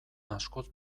askoz